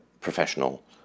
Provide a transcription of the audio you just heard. professional